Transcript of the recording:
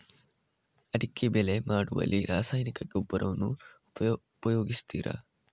ಅಡಿಕೆ ಬೆಳೆ ಮಾಡುವಲ್ಲಿ ರಾಸಾಯನಿಕ ಗೊಬ್ಬರವನ್ನು ಉಪಯೋಗಿಸ್ತಾರ?